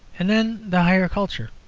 and then the higher culture.